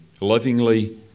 lovingly